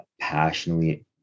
passionately